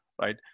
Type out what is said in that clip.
right